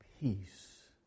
Peace